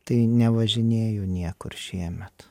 tai nevažinėju niekur šiemet